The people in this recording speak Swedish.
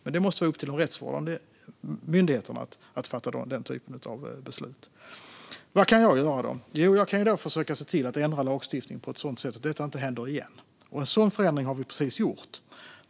Men det måste vara upp till de rättsvårdande myndigheterna att undersöka detta. Vad kan jag göra? Jag kan försöka ändra lagstiftningen så att detta inte händer igen, och en sådan förändring har vi precis gjort.